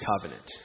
covenant